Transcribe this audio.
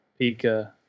Pika